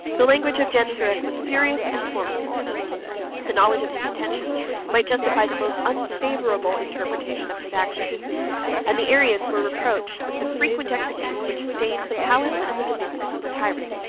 the language of genseric was furious and formidable the knowledge of his intentions might justify the most unfavorable interpretation of his actions and the arians were reproached with the frequent executions which stained the palace and the dominions of the tyrant.